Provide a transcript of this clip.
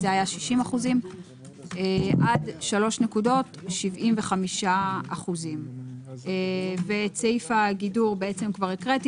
זה היה 60%. עד 3 נקודות 75%. את סעיף הגידור הקראתי,